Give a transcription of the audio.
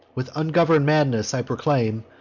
with ungovern'd madness, i proclaim,